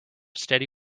steady